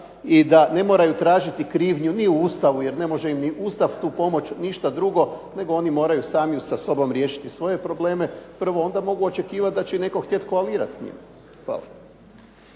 i da ne moraju tražiti krivnju ni u Ustavu jer ne može im ni Ustav tu pomoći ništa drugo nego oni moraju sami sa sobom riješiti svoje probleme prvo, a onda mogu očekivati da će i netko htjeti koalirati s njima. Hvala.